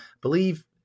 believe